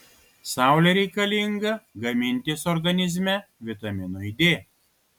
saulė reikalinga gamintis organizme vitaminui d